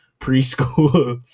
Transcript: preschool